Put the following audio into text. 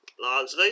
Largely